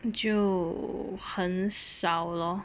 就很少 lor